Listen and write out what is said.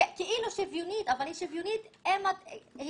היא כאילו שוויונית, אבל היא שוויונית אם שניהם